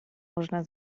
można